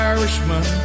Irishman